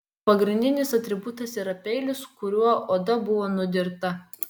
pagrindinis atributas yra peilis kuriuo oda buvo nudirta